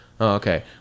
okay